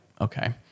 okay